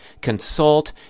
consult